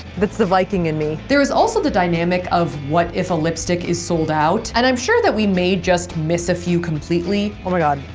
that's the viking in me there is also the dynamic of what if a lipstick is sold out, and i'm sure that we may just miss a few completely oh my god,